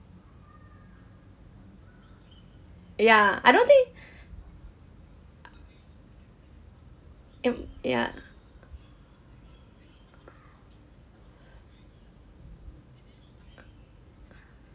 ya I don't think uh it yeah uh uh uh